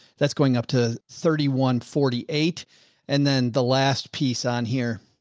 that's going up to thirty one forty eight and then the last piece on here.